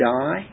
die